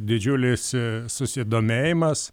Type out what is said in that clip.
didžiulis susidomėjimas